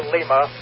Lima